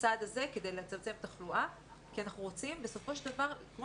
הצעד הזה כדי לצמצם תחלואה כי בסופו של דבר אנחנו רוצים כמו